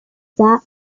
that